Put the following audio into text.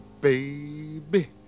baby